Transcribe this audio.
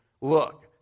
look